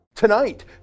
Tonight